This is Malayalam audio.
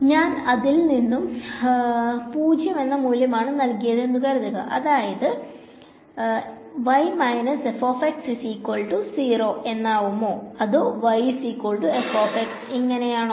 ഞാൻ ഞാൻ ഇതിനു 0 എന്ന മൂല്യമാണ് നൽകിയത് എന്നു കരുതുക അങ്ങനെ എങ്കിൽ എന്നാവുമോ അതോഇങ്ങനെയോ